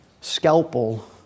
scalpel